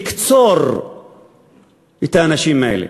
לקצור את האנשים האלה,